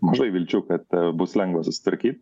mažai vilčių kad bus lengva susitvarkyt